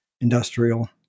industrial